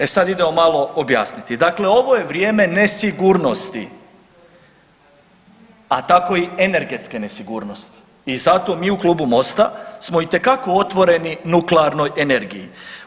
E sad idemo malo objasniti, dakle ovo je vrijeme nesigurnosti, a tako i energetske nesigurnosti i zato mi u Klubu Mosta smo itekako otvoreni nuklearnoj energiji.